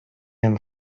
him